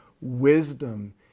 wisdom